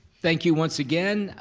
thank you once again,